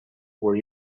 were